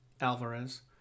Alvarez